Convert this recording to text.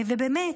באמת,